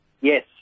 yes